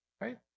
right